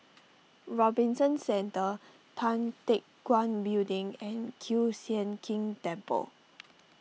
Robinson Centre Tan Teck Guan Building and Kiew Sian King Temple